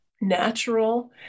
natural